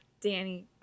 Danny